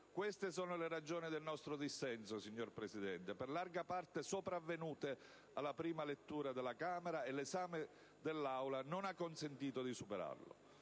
Queste sono le ragioni del nostro dissenso, signor Presidente, per larga parte sopravvenute alla prima lettura della Camera e l'esame dell'Assemblea non ha consentito di superarlo,